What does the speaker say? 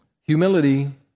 Humility